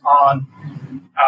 on